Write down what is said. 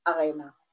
arena